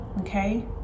okay